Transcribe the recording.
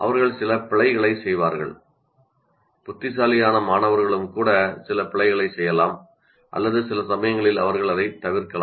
அவர்கள் சில பிழைகளைச் செய்வார்கள் புத்திசாலியான மாணவர்களும் கூட சில பிழைகளைச் செய்யலாம் அல்லது சில சமயங்களில் அவை தவிர்க்கலாம்